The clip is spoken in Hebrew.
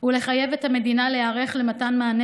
ולחייב את המדינה להיערך למתן מענה